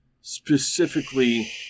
specifically